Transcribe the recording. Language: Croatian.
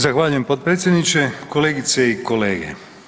Zahvaljujem potpredsjedniče, kolegice i kolege.